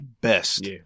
best